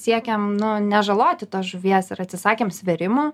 siekiam nu nežaloti tos žuvies ir atsisakėm svėrimo